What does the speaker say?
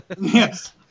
Yes